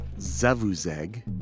Zavuzeg